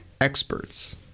experts